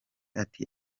ati